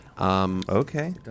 Okay